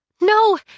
No